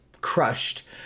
crushed